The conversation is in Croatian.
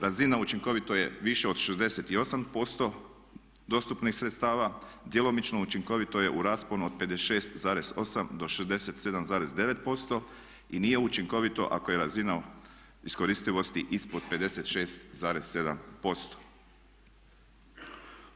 Razina učinkovito je više od 68% dostupnih sredstava, djelomično učinkovito je u rasponu od 56,8 do 67,9% i nije učinkovito ako je razina iskoristivosti ispod 56,7%